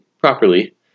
properly